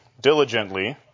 diligently